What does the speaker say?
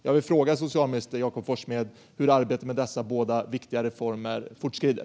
Jag vill fråga socialminister Jakob Forssmed hur arbetet med dessa viktiga reformer fortskrider.